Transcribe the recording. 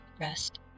rest